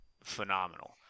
phenomenal